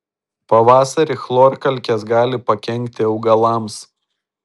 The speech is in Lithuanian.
pavasarį chlorkalkės gali pakenkti augalams